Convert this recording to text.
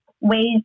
ways